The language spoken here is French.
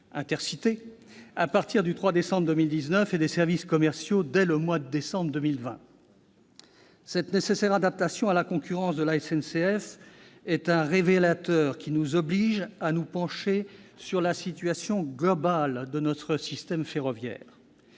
Intercités -à partir du 3 décembre 2019, et des services commerciaux dès le mois de décembre 2020. Cette nécessaire adaptation de la SNCF à la concurrence est un révélateur qui nous oblige à nous pencher sur la situation globale de notre système ferroviaire.